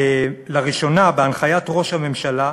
"לראשונה, בהנחיית ראש הממשלה,